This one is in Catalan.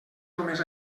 només